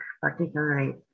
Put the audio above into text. particularly